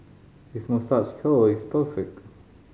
his moustache curl is perfect